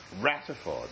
ratified